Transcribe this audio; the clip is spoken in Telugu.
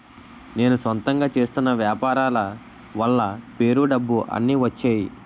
నేను సొంతంగా చేస్తున్న వ్యాపారాల వల్ల పేరు డబ్బు అన్ని వచ్చేయి